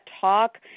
talk